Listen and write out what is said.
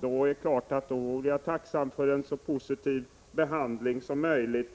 Jag är tacksam för en så positiv behandling av den som möjligt.